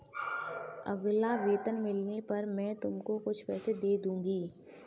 अगला वेतन मिलने पर मैं तुमको कुछ पैसे दे दूँगी